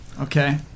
Okay